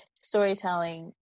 storytelling